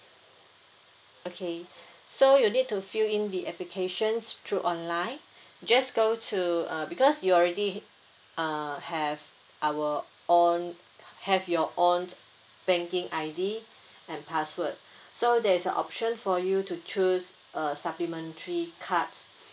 okay so you need to fill in the application through online just go to uh because you already uh have our own have your own banking I_D and password so there's a option for you to choose a supplementary card